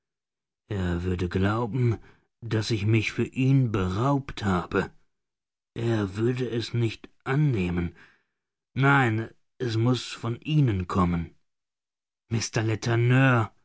er würde glauben daß ich mich für ihn beraubt habe er würde es nicht annehmen nein es muß von ihnen kommen